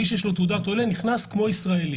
מי שיש לו תעודת עולה נכנס כמו ישראלי.